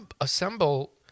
assemble